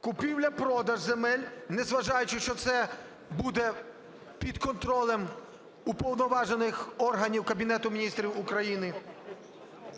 купівля-продаж земель", незважаючи, що це буде під контролем уповноважених органів Кабінету Міністрів України.